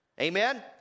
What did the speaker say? Amen